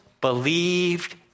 believed